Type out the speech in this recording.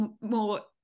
more